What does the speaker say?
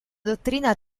dottrina